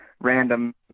random